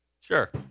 Sure